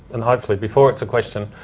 and, hopefully, before it's a question,